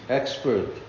expert